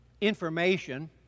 information